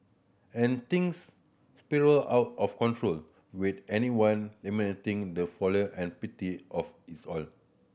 and things spiral out of control with anyone lamenting the folly and pity of it's all